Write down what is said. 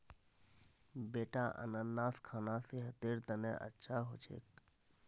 बेटा अनन्नास खाना सेहतेर तने अच्छा हो छेक